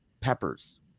peppers